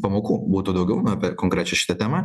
pamokų būtų daugiau apie konkrečią šitą temą